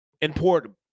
important